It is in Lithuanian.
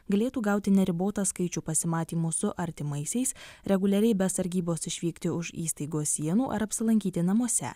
galėtų gauti neribotą skaičių pasimatymų su artimaisiais reguliariai be sargybos išvykti už įstaigos sienų ar apsilankyti namuose